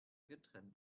getrennt